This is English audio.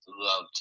loved